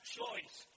choice